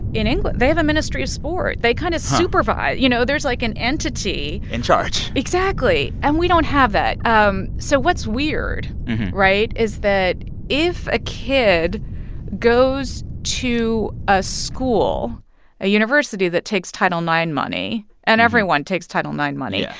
in england, they have a ministry of sport. they kind of supervise you know, there's like an entity. in charge exactly, and we don't have that. um so what's weird right? is that if a kid goes to a school a university that takes title ix money and everyone takes title ix money. yeah.